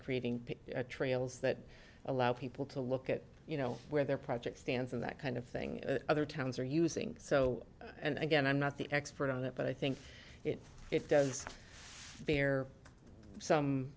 creating trails that allow people to look at you know where their project stands and that kind of thing other towns are using so and again i'm not the expert on that but i think it does bear some